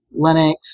Linux